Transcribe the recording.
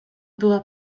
była